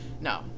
no